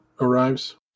arrives